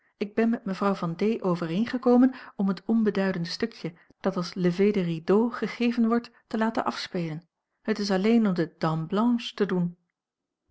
ik ben met mevrouw v d overeengekomen om het onbeduidende stukje dat als lever de rideau gegeven wordt te laten afspelen het is alleen om de dame blanche te doen